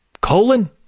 Colon